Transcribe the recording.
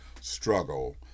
struggle